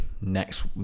next